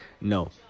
No